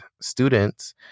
students